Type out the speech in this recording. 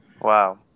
Wow